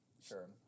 sure